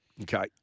Okay